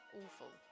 awful